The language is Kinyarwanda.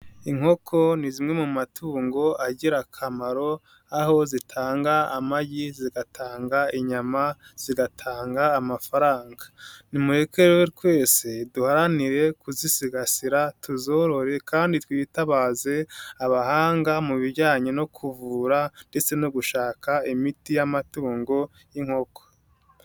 Inkoko ni zimwe mu matungo agira akamaro, aho zitanga amagi ,zigatanga inyama, zigatanga amafaranga. Nimureke twese duharanire kuzisigasira tuzorore kandi twitabaze abahanga mu bijyanye no kuvura ndetse no gushaka imiti y'amatungo y'inkoko.